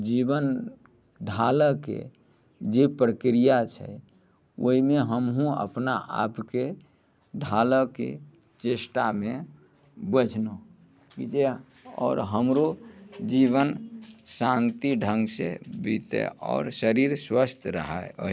जीवन ढ़ालऽके जे प्रक्रिया छै ओइमे हमहुँ अपना आपके ढालऽके चेष्टामे बझलौं की जे आओर हमरो जीवन शान्ति ढ़ङ्गसँ बीते आओर शरीर स्वस्थ रहे